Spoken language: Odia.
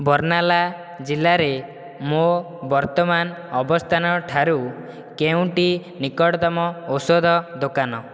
ବର୍ଣ୍ଣାଲା ଜିଲ୍ଲାରେ ମୋ ବର୍ତ୍ତମାନ ଅବସ୍ଥାନ ଠାରୁ କେଉଁଟି ନିକଟତମ ଔଷଧ ଦୋକାନ